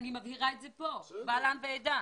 אני מבהירה את זה פה, קבל עם ועדה.